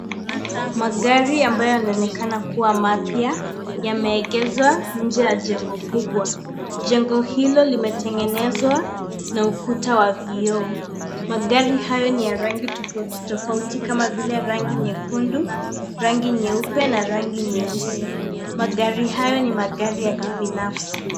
Magari ambayo yanaonekana kuwa mapya yameegezwa nje ya jengo kubwa, jengo hilo limetengenezwa na ukuta wa vioo, magari hayo ni ya rangi tofautitofauti kama vile rangi nyekundu, rangi nyeupe na rangi nyeusi, magari hayo ni magari ya kibinafsi.